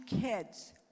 kids